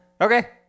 Okay